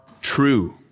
true